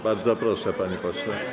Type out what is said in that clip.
Bardzo proszę, panie pośle.